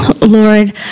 Lord